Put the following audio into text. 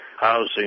housing